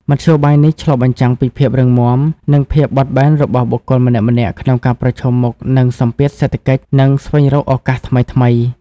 មធ្យោបាយនេះឆ្លុះបញ្ចាំងពីភាពរឹងមាំ និងភាពបត់បែនរបស់បុគ្គលម្នាក់ៗក្នុងការប្រឈមមុខនឹងសម្ពាធសេដ្ឋកិច្ច និងស្វែងរកឱកាសថ្មីៗ។